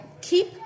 keep